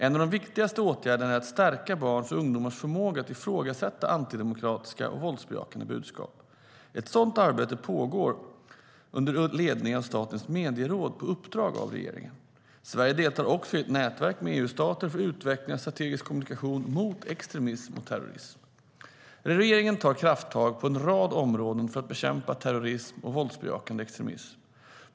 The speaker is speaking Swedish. En av de viktigaste åtgärderna är att stärka barns och ungdomars förmåga att ifrågasätta antidemokratiska och våldsbejakande budskap. Ett sådant arbete pågår under ledning av Statens medieråd på uppdrag av regeringen. Sverige deltar också i ett nätverk med EU-stater för utveckling av strategisk kommunikation mot extremism och terrorism. Regeringen tar krafttag på en rad områden för att bekämpa terrorism och våldsbejakande extremism.